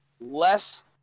less